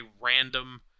random